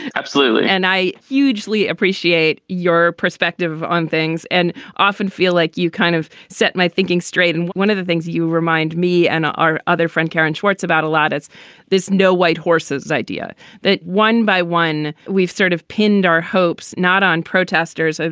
absolutely and i hugely appreciate your perspective on things and i often feel like you kind of set my thinking straight and one of the things you remind me and our other friend karen schwartz about a lot is this no white horses idea that one by one we've sort of pinned our hopes not on protesters.